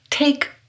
Take